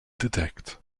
detect